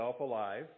alive